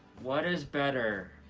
what is better?